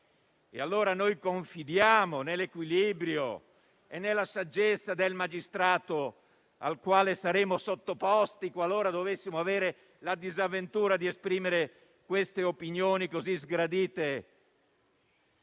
allora nell'equilibrio e nella saggezza del magistrato al quale saremo sottoposti, qualora dovessimo avere la disavventura di esprimere queste opinioni così sgradite